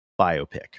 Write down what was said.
biopic